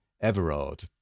Everard